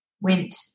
went